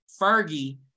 Fergie